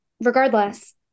regardless